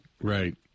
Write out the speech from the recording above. Right